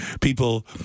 people